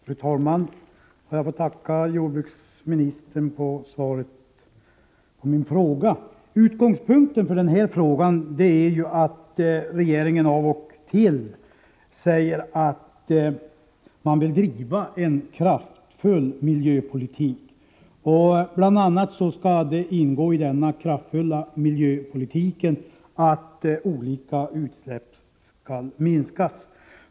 Fru talman! Jag ber att få tacka jordbruksministern för svaret på min fråga. Utgångspunkten för denna är att regeringen av och till säger att man bör driva en kraftfull miljöpolitik, och i denna kraftfulla miljöpolitik skall det bl.a. ingå att olika utsläpp skall minskas.